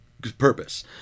Purpose